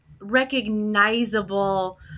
recognizable